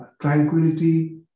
tranquility